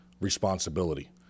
responsibility